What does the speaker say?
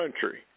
country